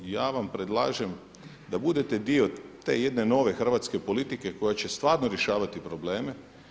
Ja vam predlažem da budete dio te jedne nove hrvatske politike koja će stvarno rješavati probleme.